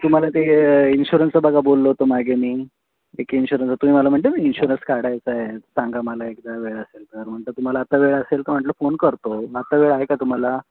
तुम्हाला ते इन्शुरन्सचा बघा बोललो होतो मागे मी एक इन्शुरन्सचा तुम्ही मला म्हणले बघा इन्शुरन्स काढायचा आहे सांगा मला एकदा वेळ असेल तर म्हटलं तुम्हाला आत्ता वेळ असेल तर म्हटलं फोन करतो आत्ता वेळ आहे का तुम्हाला